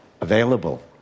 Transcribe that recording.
available